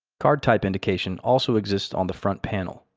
card-type indication also exists on the front panel,